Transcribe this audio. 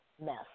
mess